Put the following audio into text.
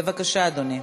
בבקשה, אדוני.